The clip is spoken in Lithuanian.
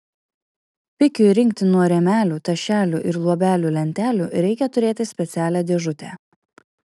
pikiui rinkti nuo rėmelių tašelių ir luobelių lentelių reikia turėti specialią dėžutę